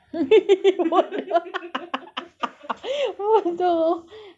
bodoh bodoh